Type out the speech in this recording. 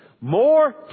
more